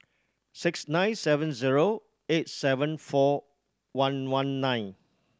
six nine seven zero eight seven four one one nine